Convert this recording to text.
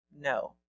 no